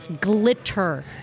Glitter